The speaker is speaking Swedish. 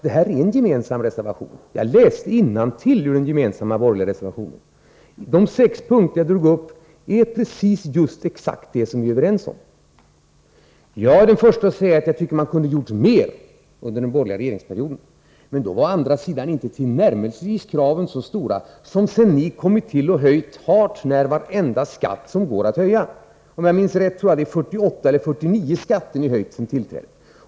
Det är ju en gemensam reservation. Jag läste innantill ur den gemensamma borgerliga reservationen. De sex punkter som jag tog upp är exakt det som vi är överens om. Jag är den första att säga att jag tycker att man kunde ha gjort mer under den borgerliga regeringsperioden. Men då var å andra sidan kraven inte tillnärmelsevis så stora som de har blivit efter det att ni tagit över och höjt hart när varenda skatt som det går att höja. Om jag minns rätt är det 48 eller 49 skatter som har höjts efter ert tillträde.